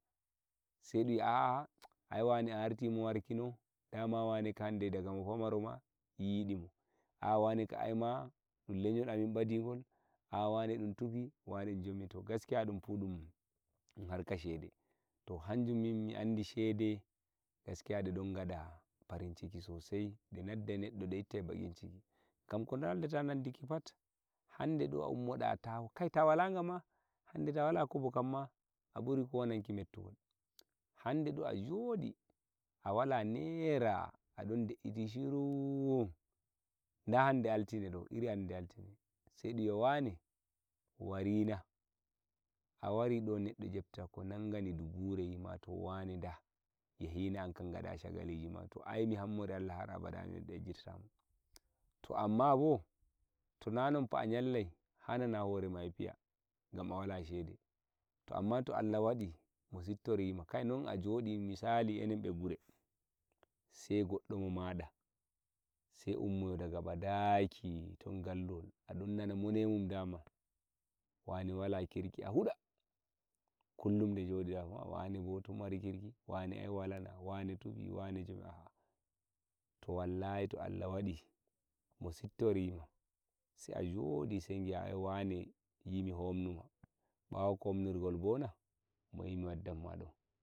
Sai dun yi aa wane artimo warki dama wane kam andi mo daga mo pamaroma yidimo ai wane ma ɗum leyol amin ɓadigol ah wane ɗun tufi wane ɗun jomi minkam ɗum to ɗum harka shede toh hamjum ah andi shede gaskiya de don gada farin ciki sosai ɗe noddai neddo der bakinciki gam ko nan data phat hande ummoɗa ta wala kobo kamma a ɓuri kowa nanki mettugol hande ɗo ah joɗi a wala naira a ɗon dei iti shiru da irin hande altine ɗo sai ɗun yi a wane wari na ta wari ɗo neddo itta ko nan gani dubure yima da yahina amma jaha gaɗa shagaliji ma mihammi har abada yejji tatamo tofa a yallai horema eh fiya gam a wala shede to allah wadi oh sip to rima ah joɗi misali enen ɓe gure sai goddo mo maɗa ummowo daga ɓadaki ton gallol aɗon nana monemun dama wane wala kirki kowa eh huɗa kullum ɗe joɗiɗa phat ah huɗa wane ɓo to mari kirki wane tufi wane jomi to wlh toh allah waɗi mo siptorima sai a joɗi sai wane wara yi a ɗon homnuma bawo komnigor ɓo da oyi mi waddan ma.